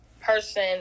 person